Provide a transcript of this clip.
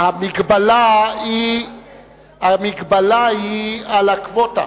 המגבלה היא על הקווטה.